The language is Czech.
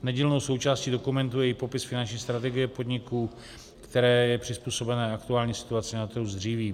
Nedílnou součástí dokumentu je i popis finanční strategie podniku, která je přizpůsobena aktuální situaci na trhu s dřívím.